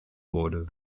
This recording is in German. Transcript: wurde